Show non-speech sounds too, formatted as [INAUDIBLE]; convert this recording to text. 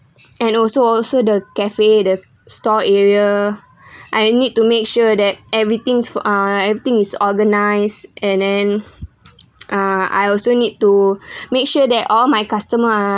and also also the cafe the store area [BREATH] I need to make sure that everything's for ah everything is organised and then [NOISE] ah I also need to [BREATH] make sure that all my customer are